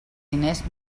diners